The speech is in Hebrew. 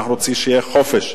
אנחנו רוצים שיהיה חופש,